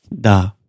da